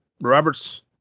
robert's